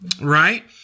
right